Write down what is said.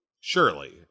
Surely